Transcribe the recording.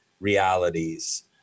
realities